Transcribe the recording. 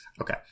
Okay